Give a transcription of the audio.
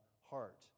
heart